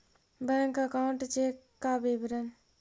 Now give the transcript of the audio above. Bank account check का विवरण?